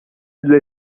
due